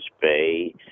Bay